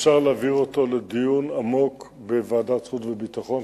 אפשר להעביר אותו לדיון עמוק בוועדת חוץ וביטחון,